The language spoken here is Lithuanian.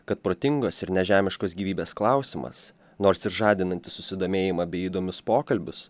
kad protingos ir nežemiškos gyvybės klausimas nors ir žadinantis susidomėjimą bei įdomius pokalbius